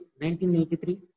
1983